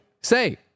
say